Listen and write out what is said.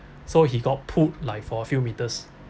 so he got pulled like for a few metres